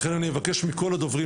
לכן אבקש מכל הדוברים